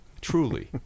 truly